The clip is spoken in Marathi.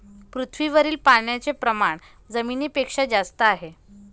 पृथ्वीवरील पाण्याचे प्रमाण जमिनीपेक्षा जास्त आहे